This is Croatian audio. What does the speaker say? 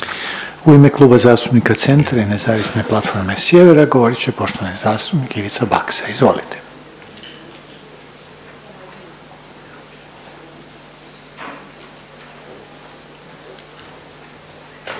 u ime Kluba zastupnika Centra i Nezavisne platforme Sjever govorit će poštovana zastupnica Marijana Puljak. Izvolite.